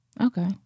Okay